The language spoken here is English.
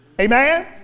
Amen